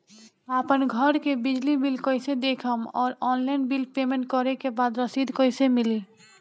आपन घर के बिजली बिल कईसे देखम् और ऑनलाइन बिल पेमेंट करे के बाद रसीद कईसे मिली?